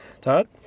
Todd